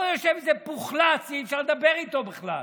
פה יושב איזה פוחלץ, אי-אפשר לדבר איתו בכלל.